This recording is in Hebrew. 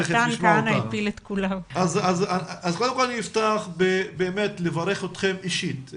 קודם כל אני אפתח באמת ואברך אתכם אישית,